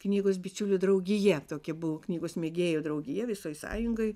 knygos bičiulių draugija tokia buvo knygos mėgėjų draugija visoj sąjungoj